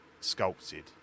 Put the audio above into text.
sculpted